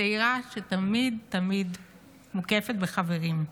צעירה שתמיד תמיד מוקפת בחברים.